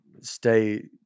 stay